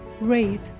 rate